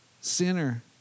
Sinner